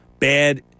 Bad